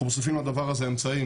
אנחנו מוסיפים לדבר הזה אמצעים,